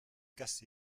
cassé